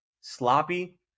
sloppy